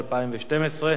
בקריאה ראשונה.